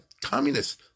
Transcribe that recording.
communists